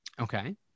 okay